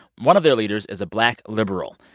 one of their leaders is a black liberal.